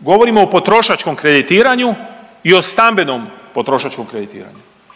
govorimo o potrošačkom kreditiranju i o stambenom potrošačkom kreditiranju,